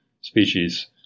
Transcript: species